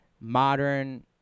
modern